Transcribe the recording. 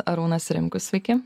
arūnas rimkus sveiki